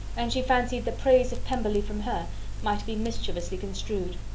and she fancied that praise of pemberley from her might be mischievously construed.